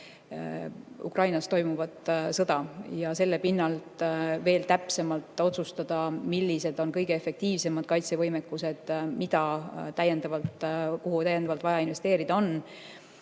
Ukrainas toimuvat sõda ja selle pinnalt veel täpsemalt otsustada, millised on kõige efektiivsemad kaitsevõimekused, kuhu täiendavalt vaja investeerida on.